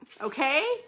okay